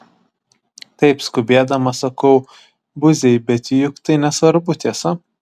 taip skubėdamas sakau buziai bet juk tai nesvarbu tiesa